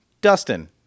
Dustin